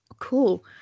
Cool